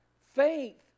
faith